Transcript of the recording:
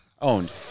owned